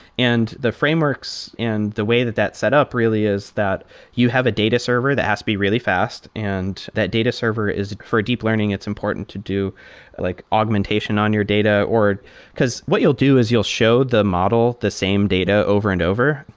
and the frameworks and the way that that set up really is that you have a data server that has to be really fast, and that data server is for deep learning, it's important to do like augmentation on your data. because what you'll do is you'll show the model the same data over and over.